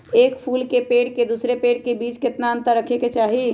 एक फुल के पेड़ के दूसरे पेड़ के बीज केतना अंतर रखके चाहि?